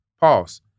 pause